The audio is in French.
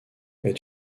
est